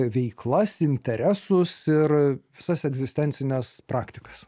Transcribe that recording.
veiklas interesus ir visas egzistencines praktikas